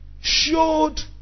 showed